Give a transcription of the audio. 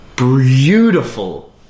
beautiful